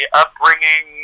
upbringing